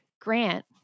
Grant